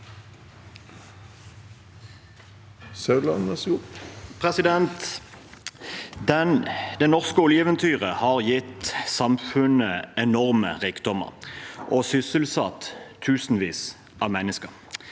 Det norske oljeeventyret har gitt samfunnet enorme rikdommer og sysselsatt tusenvis av mennesker,